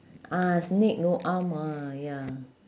ah snake no arm ah ya